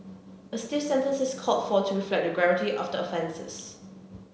a stiff sentence is called for to reflect the gravity of the offences